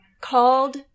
called